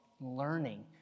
learning